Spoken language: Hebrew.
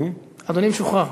אדוני משוחרר.